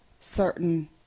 certain